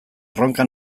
erronka